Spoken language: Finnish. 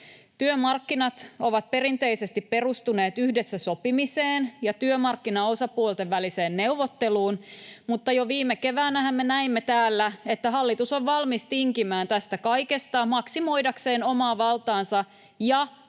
Työmarkkinat ovat perinteisesti perustuneet yhdessä sopimiseen ja työmarkkinaosapuolten väliseen neuvotteluun, mutta jo viime keväänähän me näimme täällä, että hallitus on valmis tinkimään tästä kaikesta maksimoidakseen omaa valtaansa ja